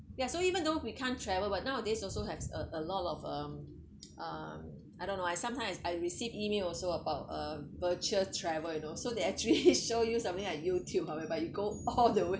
ya so even though we can't travel but nowadays also have a a lot of um uh I don't know I sometimes I receive email also about uh virtual travel you know so they actually show you something like Youtube or whereby you go all the way